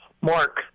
Mark